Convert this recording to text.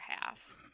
half